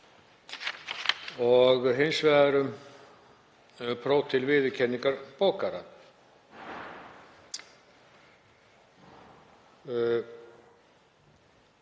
og hins vegar að prófi til viðurkenningar bókara.